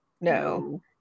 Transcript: No